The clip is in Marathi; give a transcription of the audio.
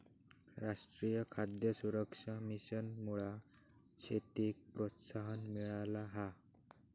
राष्ट्रीय खाद्य सुरक्षा मिशनमुळा शेतीक प्रोत्साहन मिळाला हा